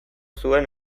zuen